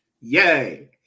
Yay